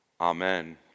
Amen